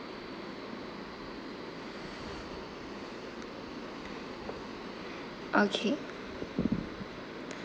okay